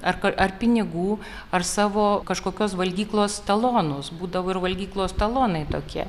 ar ar pinigų ar savo kažkokios valgyklos talonus būdavo ir valgyklos talonai tokie